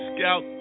Scout